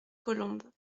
colombes